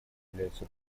являются